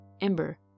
Ember